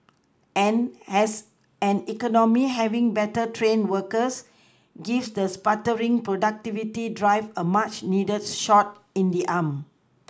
and as an economy having better trained workers gives the sputtering productivity drive a much needed shot in the arm